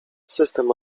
system